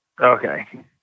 Okay